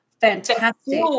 fantastic